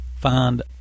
Find